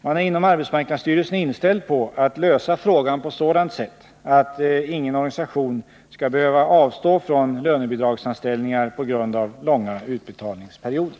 Man är inom arbetsmarknadsstyrelsen inställd på att lösa frågan på sådant sätt att ingen organisation skall behöva nas anställningsförhållanden avstå från lönebidragsanställningar på grund av långa utbetalningsperioder.